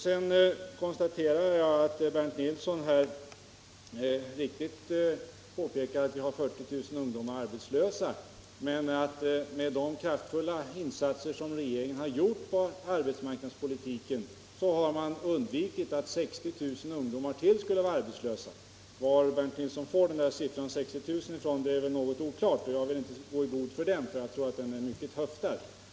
Sedan konstaterade jag att Bernt Nilsson helt riktigt påpekat att vi har 40 000 ungdomar som är arbetslösa, men med de kraftfulla insatser som regeringen gjort på arbetsmarknadspolitikens område har ytterligare 60 000 ungdomar undgått att bli arbetslösa. Det är väl något oklart varifrån Bernt Nilsson fått siffran 60 000, och jag vill inte gå i god för att den är riktig, utan jag tror att den är ”höftad”.